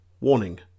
Warning